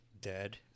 dead